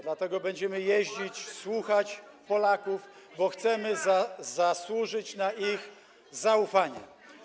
Dlatego będziemy jeździć, słuchać Polaków, bo chcemy zasłużyć na ich zaufanie.